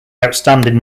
outstanding